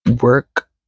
work